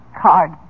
Card